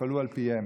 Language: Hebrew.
שיפעלו על פיהם,